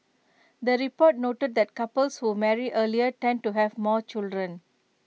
the report noted that couples who marry earlier tend to have more children